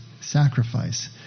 sacrifice